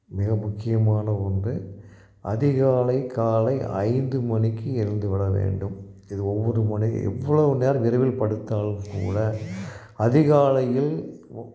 மிக முக்கியமான ஒன்று அதிகாலை காலை ஐந்து மணிக்கு எழுந்துவிட வேண்டும் இது ஒவ்வொரு மணி எவ்வளோ நேரம் இரவில் படுத்தாலும்கூட அதிகாலையில் ஓ